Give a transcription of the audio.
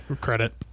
credit